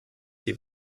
die